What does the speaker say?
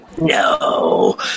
No